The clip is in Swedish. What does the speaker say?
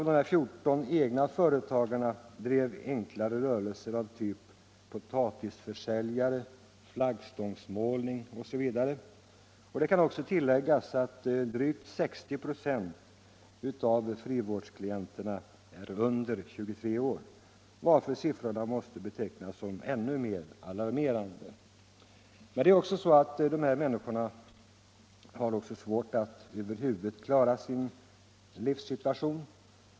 De 14 egna företagarna drev enklare rörelser av typ potatisförsäljning, flaggstångsmålning osv. Det kan också tilläggas att drygt 60 96 av frivårdsklienterna är under 23 år, varför siffrorna måste betecknas som ännu mer alarmerande. Dessa människor har över huvud taget svårt att klara sin livssituation.